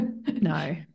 no